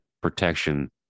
protection